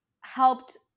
helped